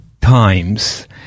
Times